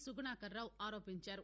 సుగుణాకర్రావు ఆరోపించారు